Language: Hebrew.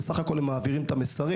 הם בסך הכול מעבירים את המסרים.